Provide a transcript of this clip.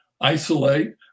isolate